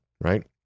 right